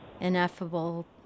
ineffable